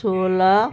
सोह्र